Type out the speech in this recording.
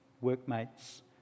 Workmates